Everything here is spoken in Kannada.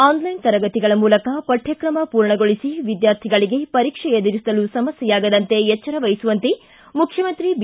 ಆನ್ಲೈನ್ ತರಗತಿಗಳ ಮೂಲಕ ಪಠ್ವಕಮ ಪೂರ್ಣಗೊಳಿಸಿ ವಿದ್ಯಾರ್ಥಿಗಳಿಗೆ ಪರೀಕ್ಷೆ ಎದುರಿಸಲು ಸಮಸ್ಥೆಯಾಗದಂತೆ ಎಚ್ಚರ ವಹಿಸುವಂತೆ ಮುಖ್ಯಮಂತ್ರಿ ಬಿ